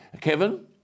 Kevin